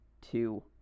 two